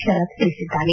ಶರತ್ ತಿಳಿಸಿದ್ದಾರೆ